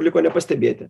liko nepastebėti